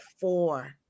four